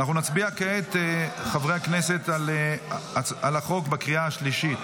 חברי הכנסת, נצביע כעת על החוק בקריאה השלישית.